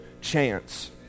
chance